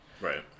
Right